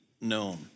known